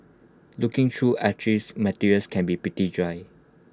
looking through archived materials can be pretty dry